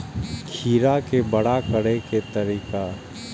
खीरा के बड़ा करे के तरीका?